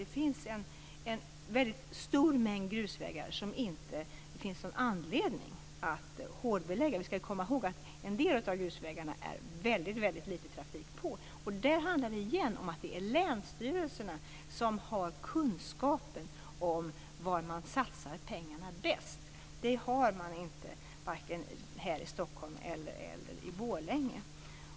Det finns en väldigt stor mängd grusvägar som det inte finns någon anledning att hårdbelägga. Vi skall komma ihåg att en del av grusvägarna är det väldigt litet trafik på. Där handlar det åter om att det är länsstyrelserna som har kunskapen om var man bäst satsar pengarna. Det har man varken här i Stockholm eller i Borlänge.